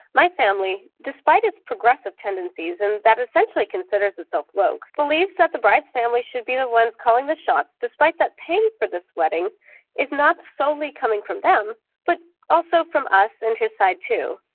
my family, despite its progressive tendencies and that it essentially considers itself woke believes that the bride's family should be the one calling the shots, despite that paying for the wedding is not solely coming from them but also from us and his side, too,